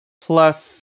Plus